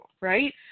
right